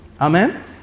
Amen